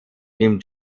nimmt